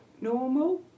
normal